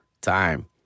time